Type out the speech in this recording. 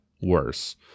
worse